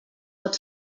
pot